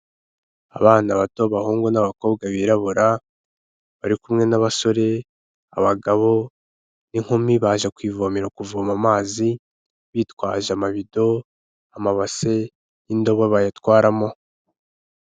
Abana bato abahungu n'abakobwa birarabura, bari kumwe n'abasore, abagabo, n'inkumi, baje ku ivomero kuvoma amazi, bitwaje amabido, amabase, n'indobo bayatwaramo.